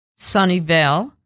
Sunnyvale